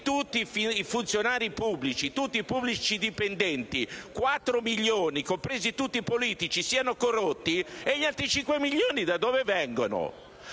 tutti i funzionari pubblici e tutti i pubblici dipendenti (4 milioni), compresi tutti i politici, siano corrotti, gli altri 5 milioni da dove vengono?